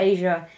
Asia